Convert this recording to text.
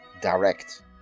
direct